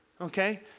Okay